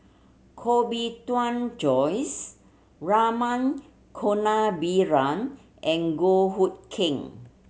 Koh Bee Tuan Joyce Rama Kannabiran and Goh Hood Keng